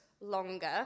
longer